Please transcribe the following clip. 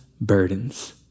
burdens